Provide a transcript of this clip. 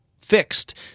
fixed